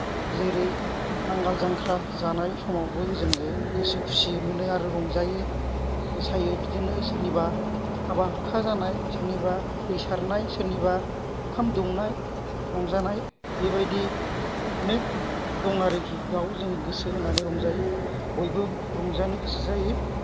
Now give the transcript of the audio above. जेरै नांगोल जांख्रा जानाय समावबो जोङो गोसो खुसियै मोनो आरो रंजायो मोसायो बिदिनो सोरनिबा हाबा हुखा जानाय सोरनिबा दै सारनाय सोरनिबा ओंखाम दौनाय रंजानाय बेबायदि अनेख दं आरोखि बेयाव जों गोसो होनानै रंजायो बयबो रंजानो गोसो जायो